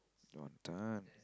what time